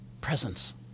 presence